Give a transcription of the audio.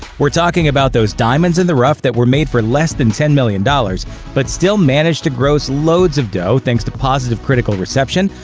we're talking those diamonds in the rough that were made for less than ten million dollars but still managed to gross loads of dough thanks to positive critical reception,